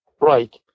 right